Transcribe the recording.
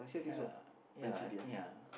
ya ya ya